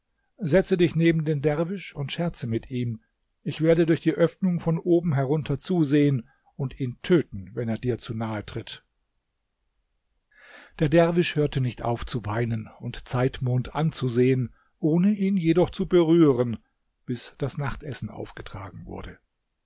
setze dich neben den derwisch und scherze mit ihm ich werde durch die öffnung von oben herunter zusehen und ihn töten wenn er dir zu nahe tritt der derwisch hörte nicht auf zu weinen und zeitmond anzusehen ohne ihn jedoch zu berühren bis das nachtessen aufgetragen wurde